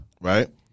Right